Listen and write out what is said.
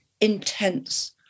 intense